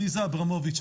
עליזה אברמוביץ',